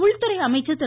உள்துறை அமைச்சர் திரு